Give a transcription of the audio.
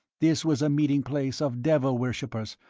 this was a meeting-place of devil-worshippers,